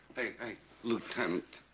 hey lieutenant